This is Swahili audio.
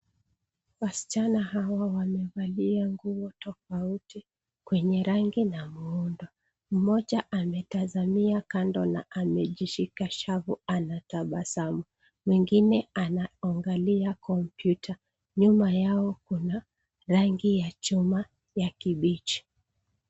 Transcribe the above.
Wasichana hawa wamevalia nguo tofauti, kwenye rangi na muundo. Mmoja ametazamia kando na amejishika shavu anatabasamu, mwingine anaangalia kompyuta. Nyuma yao kuna, rangi ya chuma ya kibichi.